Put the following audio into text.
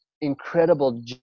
incredible